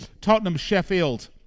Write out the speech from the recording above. Tottenham-Sheffield